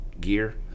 gear